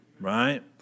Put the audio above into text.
right